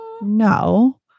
No